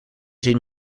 zien